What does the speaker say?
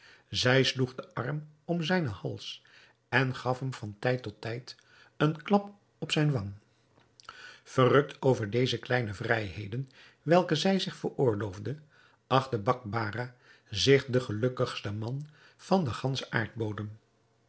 zij sloeg den arm om zijnen hals en gaf hem van tijd tot tijd een klap op zijn wang verrukt over deze kleine vrijheden welke zij zich veroorloofde achtte bakbarah zich den gelukkigsten man van den ganschen aardbodem